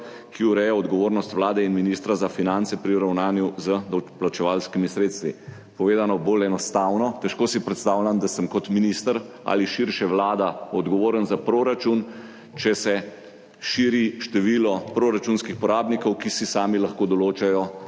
ki urejajo odgovornost vlade in ministra za finance pri ravnanju z davkoplačevalskimi sredstvi. Povedano bolj enostavno, težko si predstavljam, da sem kot minister ali širše vlada odgovoren za proračun, če se širi število proračunskih porabnikov, ki si sami lahko določajo